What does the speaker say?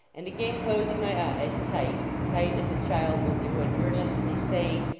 and again closing my eyes tight, tight, as a child will do, and earnestly saying,